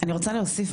אני רגע רוצה להוסיף.